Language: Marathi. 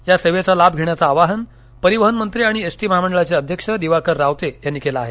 या सेवेचा लाभ घेण्याचं आवाहन परिवहनमंत्री आणि एसटी महामंडळाचे अध्यक्ष दिवाकर रावते यांनी केलं आहे